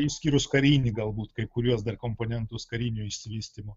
išskyrus karinį galbūt kai kuriuos dar komponentus karinio išsivystymo